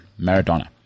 Maradona